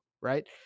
right